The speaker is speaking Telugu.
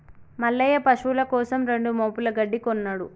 మల్లయ్య పశువుల కోసం రెండు మోపుల గడ్డి కొన్నడు